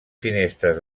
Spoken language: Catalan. finestres